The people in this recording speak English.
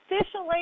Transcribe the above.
officially